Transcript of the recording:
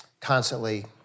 constantly